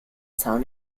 zaun